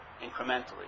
incrementally